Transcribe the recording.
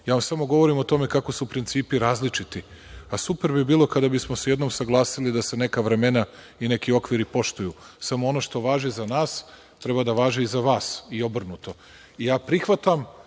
Ja vam samo govorim o tome kako su principi različiti. Pa, super bi bilo kada bi smo se jednom saglasili da se neka vremena i neki okviri poštuju. Samo, ono što važi za nas, treba da važi i za vas i obrnuto.